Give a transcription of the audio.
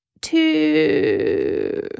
two